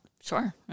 Sure